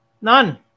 None